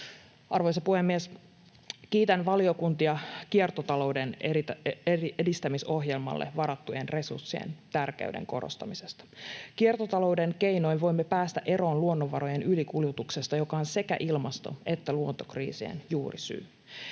Arvoisa puhemies! Kiitän valiokuntia kiertotalouden edistämisohjelmalle varattujen resurssien tärkeyden korostamisesta. Kiertotalouden keinoin voimme päästä eroon luonnonvarojen ylikulutuksesta, joka on sekä ilmasto- että luontokriisien juurisyy.